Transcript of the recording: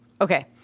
Okay